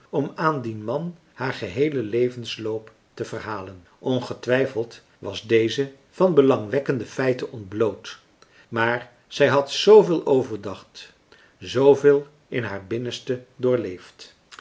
om aan dien man haar geheelen levensloop te verhalen ongetwijfeld was deze van belangwekkende feiten ontbloot maar zij had zooveel overdacht zooveel in haar binnenste doorleefd